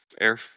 Air